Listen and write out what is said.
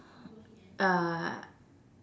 uh